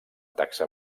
taxa